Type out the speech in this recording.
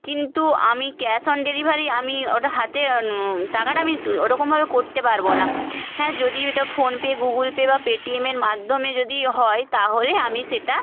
কিন্তু আমি cash on delivery আমি ওটা হাতে টাকাটা আমি ত্ ওরকমভাবে করতে পারব না হ্যাঁ যদি ওটা ফোনপে গুগল পে বা পেটিএমের মাধ্যমে যদি হয় তাহলে আমি সেটা